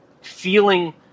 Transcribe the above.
feeling